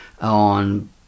on